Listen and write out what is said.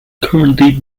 currently